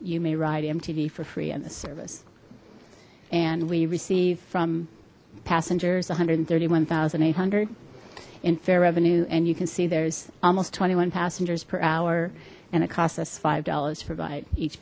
you may ride mtv for free in this service and we receive from passengers one hundred and thirty one thousand eight hundred in fare revenue and you can see there's almost twenty one passengers per hour and it costs us five dollars per bite each